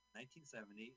1970